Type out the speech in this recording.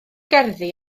gerddi